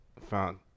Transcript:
found